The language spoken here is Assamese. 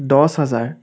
দহ হাজাৰ